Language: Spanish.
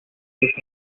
sus